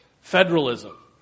federalism